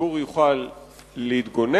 הציבור יוכל להתגונן,